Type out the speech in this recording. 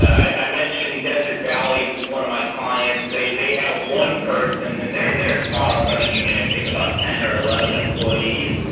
i mentioned desert valleys as one of my clients. they they have one person, and they're a smaller credit union. i think about ten or eleven employees.